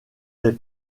des